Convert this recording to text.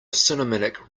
cinematic